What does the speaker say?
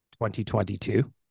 2022